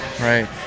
Right